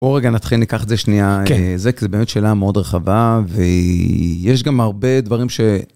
בוא רגע נתחיל, ניקח את זה שנייה, זה באמת שאלה מאוד רחבה ויש גם הרבה דברים ש...